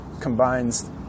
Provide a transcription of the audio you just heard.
combines